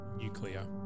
nuclear